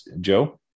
Joe